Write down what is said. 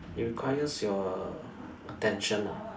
it requires your attention lah